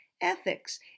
Ethics